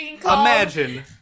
Imagine